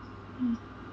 mm